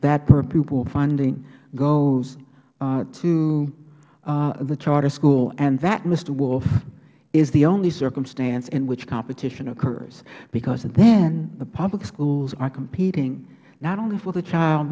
that per pupil funding goes to the charter school and that mister wolf is the only circumstance in which competition occurs because then the public schools are competing not only for the child